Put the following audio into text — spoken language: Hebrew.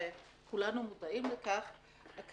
וכולנו מודעים להם,